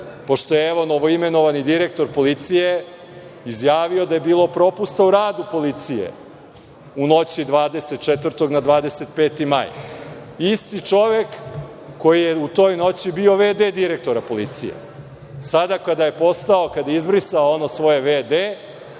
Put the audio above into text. pošto je, evo, novoimenovani direktor policije izjavio da je bilo propusta u radu policije u noći 24. na 25. maj, isti čovek koji je u toj noći bio v.d. direktora policije. Sada kada je izbrisao ono svoje v.d,